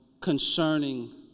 concerning